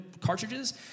cartridges